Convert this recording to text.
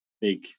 big